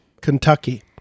Kentucky